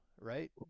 right